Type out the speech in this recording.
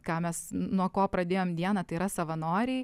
ką mes nuo ko pradėjom dieną tai yra savanoriai